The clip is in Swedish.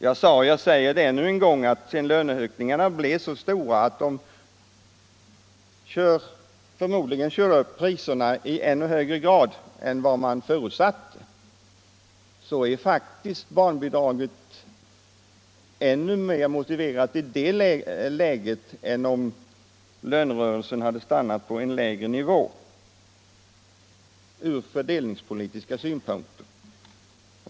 Jag sade, och jag säger det än en gång, att sedan löneökningarna blev så stora att de förmodligen kör upp priserna i ännu högre grad än vad man förutsatte, så är faktiskt barnbidraget ännu mer motiverat än om lönerna hade stannat på en lägre nivå ur fördelningspolitiska synpunkter.